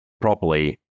properly